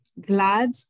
glad